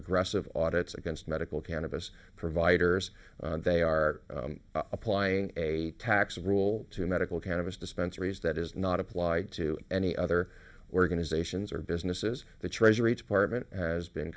aggressive audit's against medical cannabis providers they are applying a tax rule to medical cannabis dispensaries that is not applied to any other organizations or businesses the treasury department has been